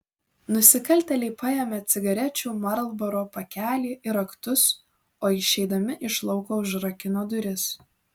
nusikaltėliai paėmė cigarečių marlboro pakelį ir raktus o išeidami iš lauko užrakino duris